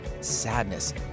sadness